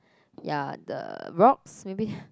ya the rocks maybe